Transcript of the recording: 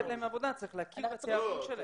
לא לתת להם עבודה, צריך להכיר בצרכים שלהם.